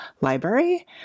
library